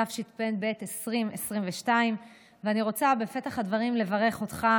התשפ"ב 2022. אני רוצה בפתח הדברים לברך אותך,